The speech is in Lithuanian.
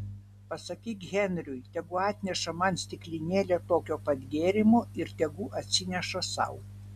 pasakyk henriui tegu atneša man stiklinėlę tokio pat gėrimo ir tegu atsineša sau